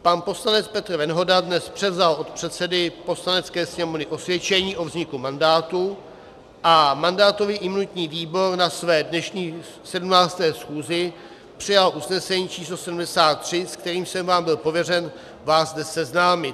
Pan poslanec Petr Venhoda dnes převzal od předsedy Poslanecké sněmovny osvědčení o vzniku mandátu a mandátový a imunitní výbor na své dnešní 17. schůzi přijal usnesení č. 73, s kterým jsem byl pověřen vás zde seznámit.